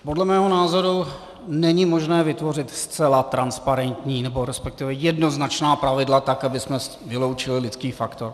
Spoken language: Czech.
Podle mého názoru není možné vytvořit zcela transparentní, nebo resp. jednoznačná pravidla tak, abychom vyloučili lidský faktor.